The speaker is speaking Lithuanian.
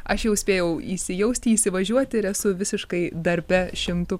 aš jau spėjau įsijausti įsivažiuoti ir esu visiškai darbe šimtu